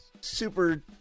super